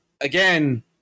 again